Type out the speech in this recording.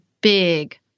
big